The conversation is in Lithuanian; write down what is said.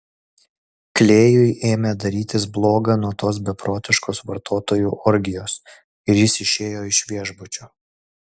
klėjui ėmė darytis bloga nuo tos beprotiškos vartotojų orgijos ir jis išėjo iš viešbučio